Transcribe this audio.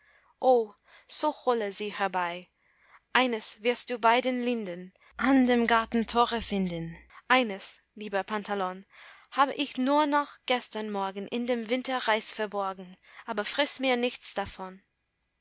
so hole sie herbei eines wirst du bei den linden an dem gartentore finden eines lieber pantelon hab ich nur noch gestern morgen in dem winterreis verborgen aber friß mir nichts davon